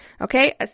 Okay